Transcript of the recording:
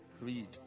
Read